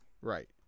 Right